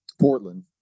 Portland